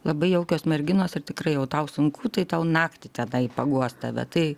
labai jaukios merginos ar tikrai jau tau sunku tai tą naktį tą tai paguos tave tai